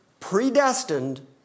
predestined